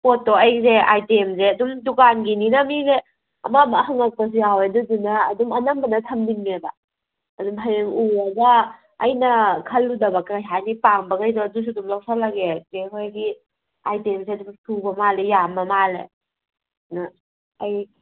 ꯄꯣꯠꯇꯣ ꯑꯩꯁꯦ ꯑꯥꯏꯇꯦꯝꯁꯦ ꯑꯗꯨꯝ ꯗꯨꯀꯥꯟꯒꯤꯅꯤꯅ ꯃꯤꯅ ꯑꯃ ꯑꯃ ꯍꯛꯉꯛꯄꯁꯨ ꯌꯥꯎꯋꯦ ꯑꯗꯨꯗꯨꯅ ꯑꯅꯝꯕꯅ ꯊꯝꯅꯤꯡꯉꯦꯕ ꯑꯗꯨꯅ ꯍꯌꯦꯡ ꯎꯔꯒ ꯑꯩꯅ ꯈꯜꯂꯨꯗꯕ ꯀꯩ ꯍꯥꯏꯅꯤ ꯄꯥꯝꯕꯒꯩꯗꯣ ꯑꯗꯨꯁꯨ ꯑꯗꯨꯝ ꯂꯧꯁꯤꯜꯂꯒꯦ ꯆꯦ ꯍꯣꯏꯒꯤ ꯆꯦ ꯍꯣꯏꯅꯁꯨ ꯁꯨꯕ ꯃꯥꯜꯂꯦ ꯌꯥꯝꯕ ꯃꯥꯜꯂꯦ ꯑꯗꯨꯅ ꯑꯩ